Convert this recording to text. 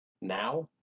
now